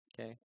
Okay